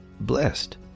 blessed